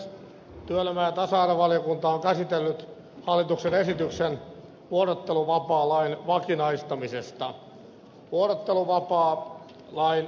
työelämä ja tasa arvovaliokunta on käsitellyt hallituksen esityksen vuorotteluvapaalain vakinaistamisesta